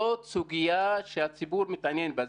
זאת סוגיה שהציבור מתעניין בה,